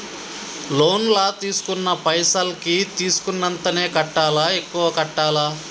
Loan లా తీస్కున్న పైసల్ కి తీస్కున్నంతనే కట్టాలా? ఎక్కువ కట్టాలా?